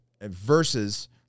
Versus